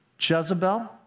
Jezebel